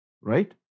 right